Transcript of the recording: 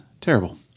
terrible